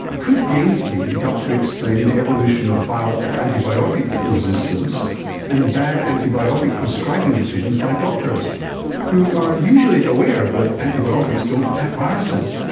could game theory help to explain the evolution of antibiotic resistance and bad antibiotic prescribing decisions by doctors who are usually aware that antibiotics don't attack viruses,